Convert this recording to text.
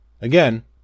Again